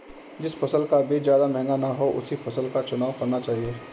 जिस फसल का बीज ज्यादा महंगा ना हो उसी फसल का चुनाव करना चाहिए